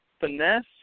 finesse